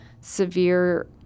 severe